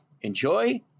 enjoy